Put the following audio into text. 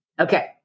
Okay